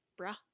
bruh